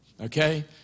Okay